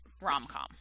rom-com